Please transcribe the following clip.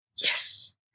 Yes